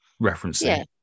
referencing